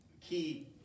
key